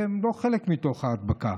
שהם לא חלק מתוך ההדבקה.